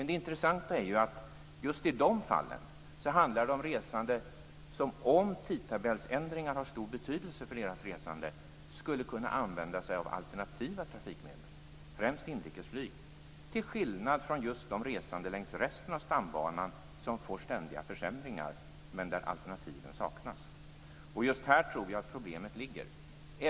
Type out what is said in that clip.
Det intressanta är dock att just i de fallen handlar det om resande vilka om tidtabellsändringar har stor betydelse för deras resande skulle kunna använda sig av alternativa trafikmedel, främst inrikesflyg, till skillnad från de resande längs resten av stambanan som får ständiga försämringar men saknar alternativ. Och just här tror jag att problemet ligger.